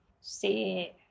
see